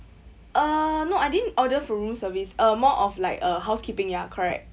uh no I didn't order for room service uh more of like a housekeeping ya correct